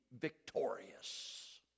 victorious